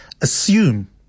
Assume